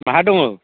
बहा दङ